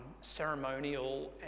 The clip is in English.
ceremonial